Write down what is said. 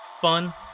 fun